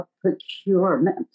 procurement